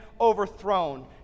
overthrown